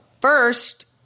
first